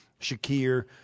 Shakir